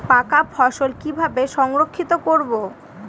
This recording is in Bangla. পাকা ফসল কিভাবে সংরক্ষিত করব?